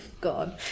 God